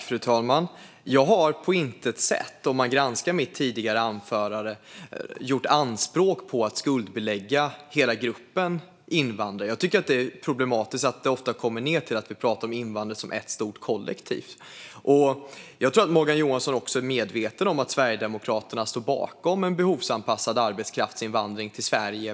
Fru talman! Jag har på intet sätt i mitt tidigare inlägg gjort anspråk på att skuldbelägga hela gruppen invandrare. Jag tycker att det är problematiskt att det ofta slutar med att vi pratar om invandrare som ett stort kollektiv. Jag tror att Morgan Johansson är medveten om att Sverigedemokraterna står bakom en behovsanpassad arbetskraftsinvandring till Sverige.